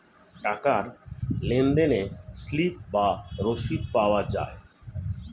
টাকার লেনদেনে স্লিপ বা রসিদ পাওয়া যায়